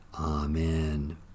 Amen